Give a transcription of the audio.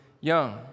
young